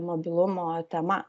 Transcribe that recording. mobilumo tema